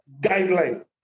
guideline